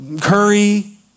Curry